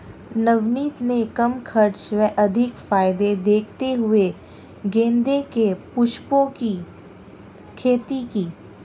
नवनीत ने कम खर्च व अधिक फायदे देखते हुए गेंदे के पुष्पों की खेती की